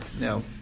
Now